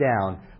down